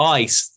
ice